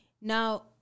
now